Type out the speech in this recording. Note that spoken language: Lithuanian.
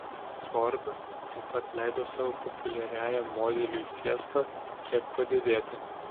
ford taip pat leido savo populiariajam modeliui fiesta kiek padidėti